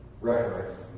reference